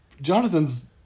Jonathan's